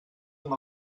amb